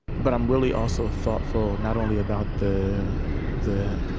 but i'm really, also, thoughtful, not only about the the